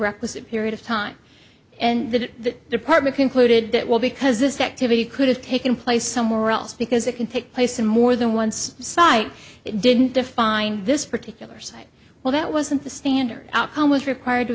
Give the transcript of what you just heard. requisite period of time and that department concluded that will because this activity could have taken place somewhere else because it could take place in more than once site it didn't define this particular site well that wasn't the standard outcome was required to